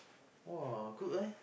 !wow! good eh